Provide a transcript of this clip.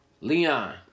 Leon